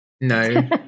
no